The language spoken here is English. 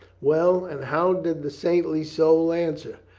well, and how did the saintly soul answer?